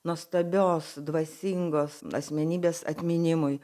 nuostabios dvasingos asmenybės atminimui